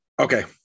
Okay